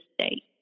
state